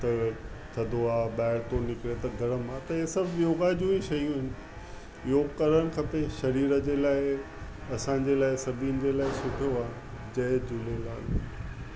त थधो आहे ॿाहिरि थो निकिरे त गर्मु आहे त इहे सभु योगा जूं ई शयूं आहिनि योग करणु खपे शरीर जे लाइ अंसाजे लाइ सभिनि जे लाइ सुठो आहे जय झूलेलाल